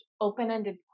open-ended